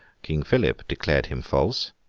king philip declared him false,